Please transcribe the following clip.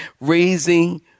raising